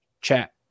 chat